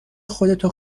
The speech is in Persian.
خودتو